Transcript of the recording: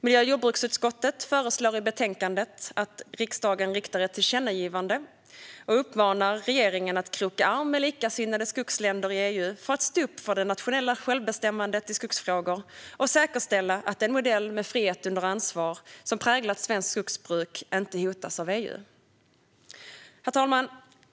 Miljö och jordbruksutskottet föreslår i betänkandet att riksdagen riktar ett tillkännagivande och uppmanar regeringen att kroka arm med likasinnade skogsländer i EU för att stå upp för det nationella självbestämmandet i skogsfrågor och säkerställa att den modell med frihet under ansvar som präglat svenskt skogsbruk inte hotas av EU. Herr talman!